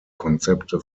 konzepte